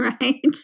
right